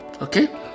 Okay